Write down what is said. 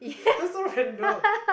you're so random